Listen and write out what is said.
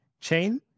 chain